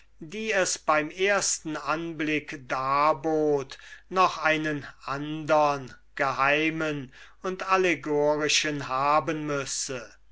die es beim ersten anblick darbot noch einen andern geheimen und allegorischen haben müsse